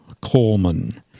Coleman